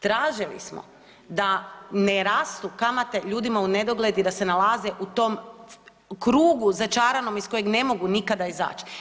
Tražili smo da ne rastu kamate ljudima unedogled i da se nalaze u tom krugu začaranom iz kojeg ne mogu nikada izaći.